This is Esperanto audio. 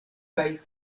kaj